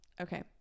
okay